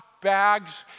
bags